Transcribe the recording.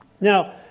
Now